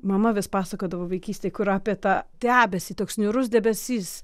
mama vis pasakodavo vaikystėj kur apie tą debesį toks niūrus debesys